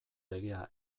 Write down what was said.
legea